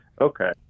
Okay